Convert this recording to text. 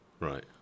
Right